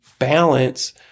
balance